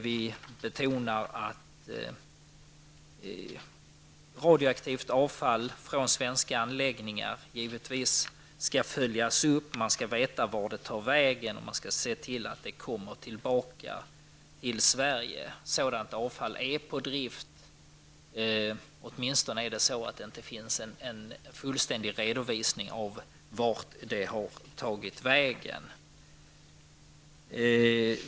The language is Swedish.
Vi betonar att radioaktivt avfall från svenska anläggningar givetvis skall följas upp. Man skall veta vart det tar vägen, och man skall se till att det kommer tillbaka till Sverige. Sådant avfall är på drift, åtminstone finns det inte en fullständig redovisning av vart det har tagit vägen.